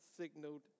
signaled